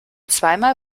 zweimal